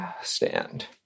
stand